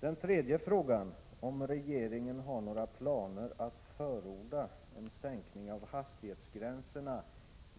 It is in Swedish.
Den tredje frågan, om regeringen har några planer på att förorda en sänkning av hastighetsgränserna